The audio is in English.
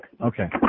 Okay